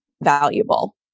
valuable